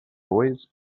boys